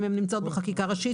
אם הן נמצאות בחקיקה ראשית,